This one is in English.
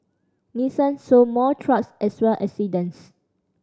Nissan sold more trucks as well as sedans